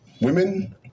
Women